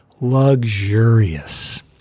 Luxurious